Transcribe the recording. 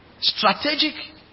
Strategic